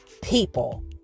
people